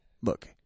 Look